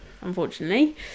unfortunately